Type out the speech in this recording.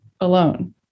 alone